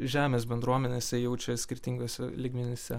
žemės bendruomenėse jau čia skirtinguose lygmenyse